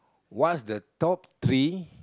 what's the top three